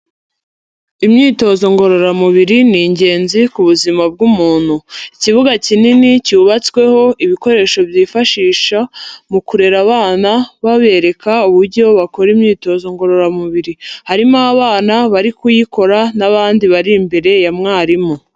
Imyitozo ngororamubiri ni ingenzi ku buzima bw'umuntu, ikibuga kinini cyubatsweho ibikoresho byifashisha mu kurera abana babereka uburyo bakora imyitozo ngororamubiri, harimo abana bari kuyikora n'abandi bari imbere ya mwarimu.